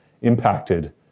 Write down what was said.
impacted